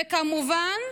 וכמובן,